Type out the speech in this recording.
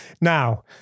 Now-